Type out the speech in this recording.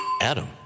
Adam